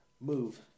move